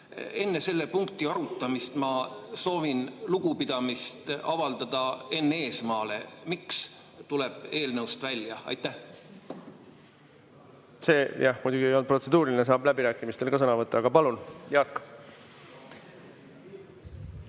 Enne selle punkti arutamist ma soovin lugupidamist avaldada Enn Eesmaale. Miks, see tuleb eelnõust välja. See muidugi ei olnud protseduuriline. Saanuks läbirääkimistel ka sõna võtta. Aga palun, Jaak!